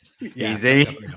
easy